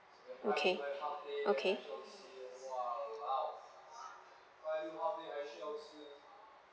okay okay